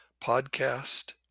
podcast